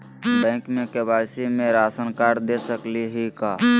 Bank में KYC में ration card दे सकली हई का?